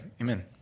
amen